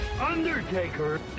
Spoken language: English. Undertaker